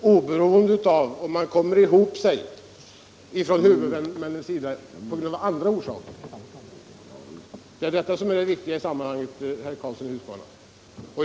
oberoende av om huvudmännen har kommit ihop sig om någonting annat. Det är detta som är det väsentliga i sammanhanget, herr Karlsson!